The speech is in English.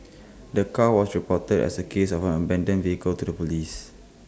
the car was reported as A case of an abandoned vehicle to the Police